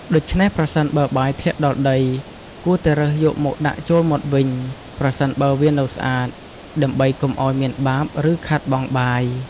ដូច្នេះ ប្រសិនបើបាយធ្លាក់ដល់ដី គួរតែរើសយកមកដាក់ចូលមាត់វិញ ប្រសិនបើវានៅស្អាត ដើម្បីកុំឲ្យមានបាប ឬខាតបង់បាយ។